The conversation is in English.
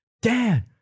Dan